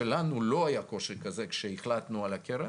כאשר לנו לא היה קושי כזה כשהחלטנו על הקרן